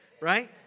Right